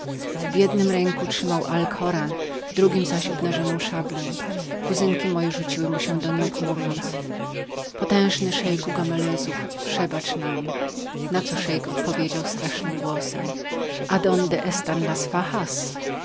w jednem ręku trzymał alkoran w drugiem zaś miecz obnarzony kuzynki moje rzuciły mu się do nóg mówiąc potężny szeiku gomelezów przebacz nam na co szeik odpowiedział strasznym głosem adonde